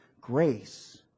Grace